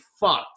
fucked